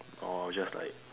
I'll just like